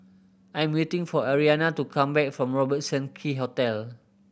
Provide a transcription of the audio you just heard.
I am waiting for Arianna to come back from Robertson Quay Hotel